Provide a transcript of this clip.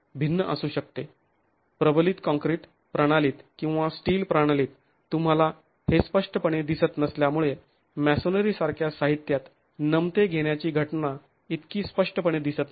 प्रबलित काँक्रीट प्रणालीत किंवा स्टील प्रणालीत तुंम्हाला हे स्पष्टपणे दिसत नसल्यामुळे मॅसोनरीसारख्या साहित्यात नमते घेण्याची घटना इतकी स्पष्टपणे दिसत नाही